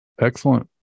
Excellent